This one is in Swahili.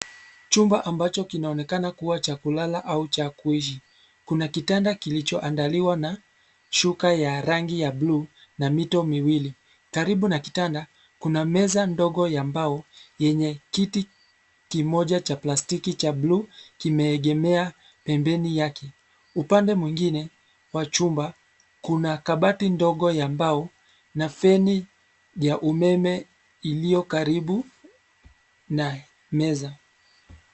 Chumba ambacho kinachoonekana kua cha kulala au cha kuishi. Kuna kitanda kilicho andaliwa na shuka ya rangi ya bluu na mito miwili. Karibu na kitanda kuna meza ndogo ya mbao yenye kiti kimoja cha plastiki cha bluu kimeegemea pembeni yake. Upande mwingine wa chumba kuna kabati ndogo ya mbao na feni ya umeme iliyo karibu na meza.